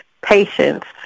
patients